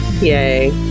yay